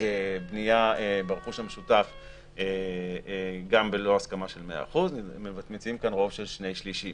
בנייה ברכוש המשותף גם בלא הסכמה של 100%. מציעים כאן רוב של שני-שליש,